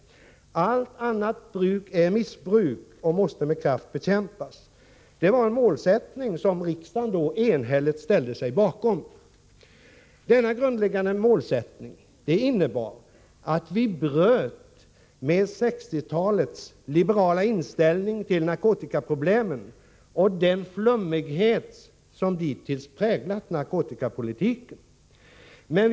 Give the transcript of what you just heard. Allt annat bruk är missbruk och måste med kraft bekämpas. Den målsättningen ställde sig riksdagen enhälligt bakom. Denna grundläggande målsättning innebar att vi bröt med 1960-talets liberala inställning till narkotikaproblemen och den flummighet som dittills präglat narkotikapolitiken.